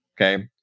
Okay